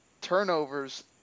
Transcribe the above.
turnovers